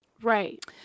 right